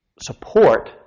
support